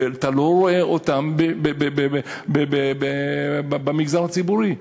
ואתה לא רואה אותם במגזר הציבורי.